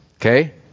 Okay